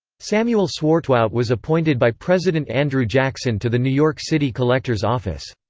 samuel swartwout was appointed by president andrew jackson to the new york city collector's office.